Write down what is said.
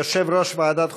יציג יושב-ראש ועדת חוקה,